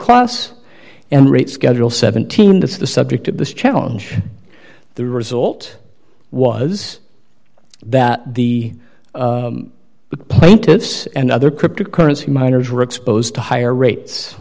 class and rate schedule seventeen that's the subject of this challenge the result was that the plaintiffs and other cryptic currency miners were exposed to higher rates